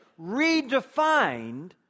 redefined